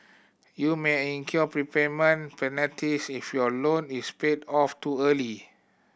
you may incur prepayment penalties if your loan is paid off too early